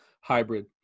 hybrid